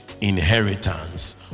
inheritance